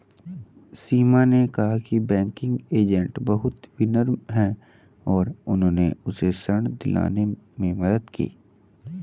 सीमा ने कहा कि बैंकिंग एजेंट बहुत विनम्र हैं और उन्होंने उसे ऋण दिलाने में मदद की